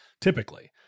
typically